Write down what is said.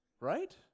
right